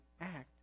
act